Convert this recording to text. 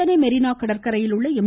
சென்னை மெரீனா கடற்கரையில் உள்ள எம்